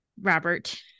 Robert